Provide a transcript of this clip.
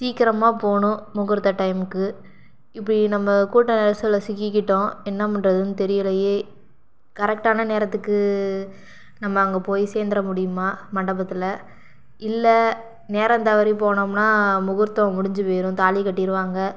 சீக்கிரமாக போகணும் முகூர்த்த டைமுக்கு இப்படி நம்ம கூட்ட நெரிசலில் சிக்கிக்கிட்டோம் என்ன பண்ணுறதுன்னு தெரியலையே கரெக்டான நேரத்துக்கு நம்ம அங்கே போய் சேந்துர முடியுமா மண்டபத்தில் இல்லை நேரம் தவறி போனோம்னா முகூர்த்தம் முடிஞ்சு போயிரும் தாலி கட்டியிருவாங்க